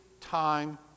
time